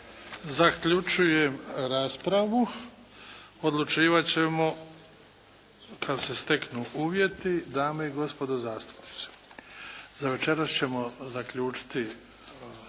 Zaključujem raspravu. Odlučivat ćemo kad se steknu uvjeti. Dame i gospodo zastupnici, za večeras ćemo zaključiti